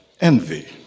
envy